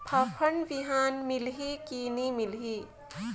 फाफण बिहान मिलही की नी मिलही?